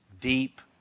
deep